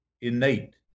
innate